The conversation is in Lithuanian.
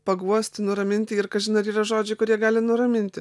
paguosti nuraminti ir kažin ar yra žodžiai kurie gali nuraminti